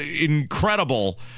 incredible